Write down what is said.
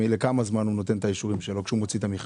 לכמה זמן רמ"י נותן את האישורים שלו כשהוא מוציא את המכרז?